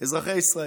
אזרחי ישראל,